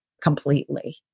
completely